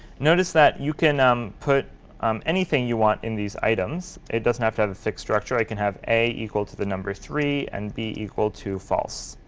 notice that you can um put anything you want in these items. it doesn't have to have a fixed structure. i could have a equal to the number three and b equal to false.